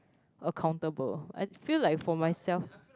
accountable I feel like for myself